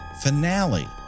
Finale